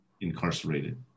incarcerated